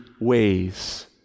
ways